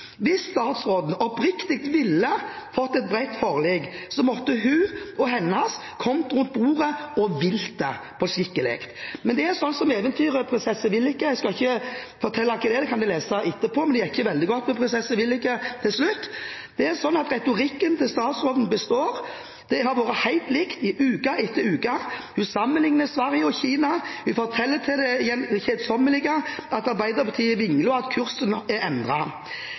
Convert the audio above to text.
Hvis statsråden oppriktig ville fått et bredt forlik, så måtte hun og hennes kommet rundt bordet og villet det – på en skikkelig måte. Men det er slik som i eventyret «Prinsesse vil ikke» – jeg skal ikke fortelle hva det er, det kan en lese etterpå, men det gikk ikke veldig godt med prinsesse vil ikke til slutt. Det er slik at retorikken til statsråden består, den har vært helt lik i uke etter uke – hun sammenligner Sverige og Kina, hun forteller til det kjedsommelige at Arbeiderpartiet vingler, og at kursen er